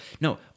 No